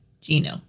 Gino